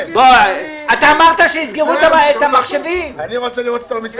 אני רוצה להגיד משהו